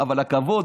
אבל הכבוד,